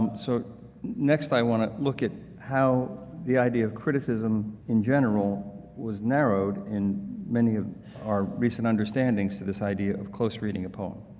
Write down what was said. so next i want to look at how the idea of criticism in general was narrowed in many of our recent understandings to this idea of close reading a poem.